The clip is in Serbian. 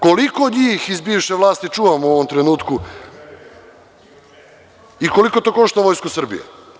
Koliko njih iz bivše vlasti čuvamo u ovom trenutku i koliko to košta Vojsku Srbije?